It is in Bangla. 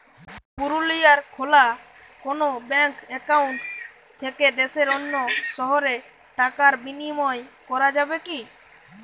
পুরুলিয়ায় খোলা কোনো ব্যাঙ্ক অ্যাকাউন্ট থেকে দেশের অন্য শহরে টাকার বিনিময় করা যাবে কি?